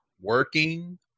working